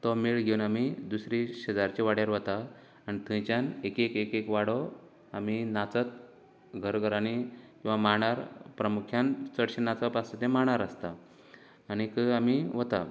तो मेळ घेवन आमी दुसरी शेजारच्या वाड्यार वता आनी थंयच्यान एक एक एक एक वाडो आमी नाचत घरघरांनी किंवां मांडार प्रमुख्यान चडशें नाचप आसता ते मांडार आसता आनीक आमी वता